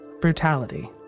brutality